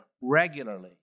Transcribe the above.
regularly